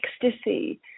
ecstasy